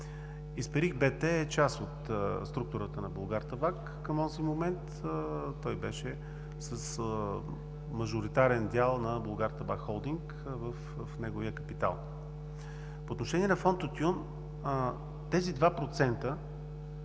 „Исперих БТ“ е част от структурата на „Булгартабак“ към онзи момент. Той беше с мажоритарен дял на „Булгартабак холдинг“ в неговия капитал. По отношение на Фонд „Тютюн“: тези 2%